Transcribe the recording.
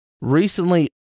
recently